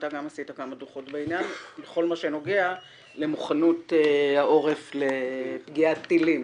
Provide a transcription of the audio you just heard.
גם אתה עשית כמה דוחות בעניין בכל מה שנוגע למוכנות העורף לפגיעת טילים